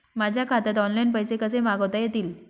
माझ्या खात्यात ऑनलाइन पैसे कसे मागवता येतील?